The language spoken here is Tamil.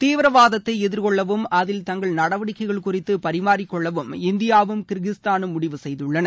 தீவிரவாதத்தை எதிர்கொள்ளவும் அதில் தங்கள் நடவடிக்கைகள் குறித்து பரிமாறிக் கொள்ளவும் இந்திபாவும் கிர்கிஸ்தானும் முடிவு செய்துள்ளன